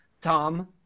Tom